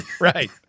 Right